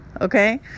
okay